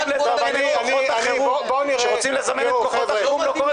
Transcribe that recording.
ואני לא אקח חלק בקרקס הזה, לא בהצבעה, לא בנושא